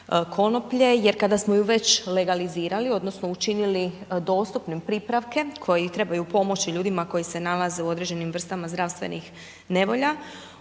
konoplje jer kada smo ju već legalizirali odnosno učinili dostupnim pripravke koji trebaju pomoći ljudima koji se nalaze u određenim vrstama zdravstvenih nevolja,